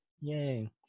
Yay